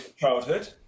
childhood